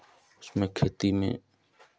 उसमें खेती में